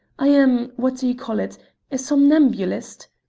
i am what do you call it a somnambulist.